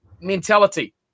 Mentality